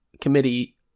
committee